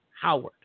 Howard